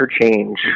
interchange